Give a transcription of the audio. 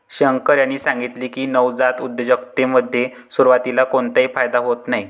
शंकर यांनी सांगितले की, नवजात उद्योजकतेमध्ये सुरुवातीला कोणताही फायदा होत नाही